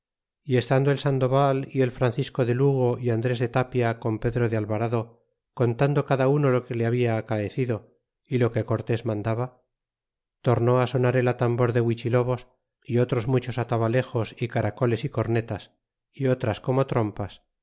y estando el sandoval y el francisco de lugo y andres de tapia con pedro de alvarado contando cada uno lo que le habia acaecido y lo que cortés mandaba torné á sonar el atambor de huichilobos y otros muchos atabalejos y caracoles y cornetas y otras como trompas